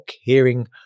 hearing